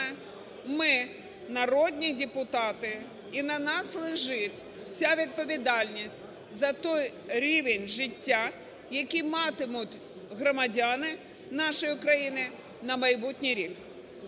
ми, народні депутати, і на нас лежить вся відповідальність за той рівень життя, який матимуть громадяни нашої країни на майбутній рік.